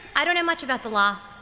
i don't know much about the law.